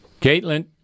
Caitlin